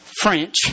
French